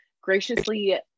graciously